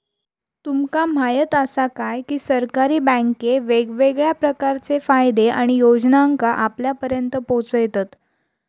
तुमका म्हायत आसा काय, की सरकारी बँके वेगवेगळ्या प्रकारचे फायदे आणि योजनांका आपल्यापर्यात पोचयतत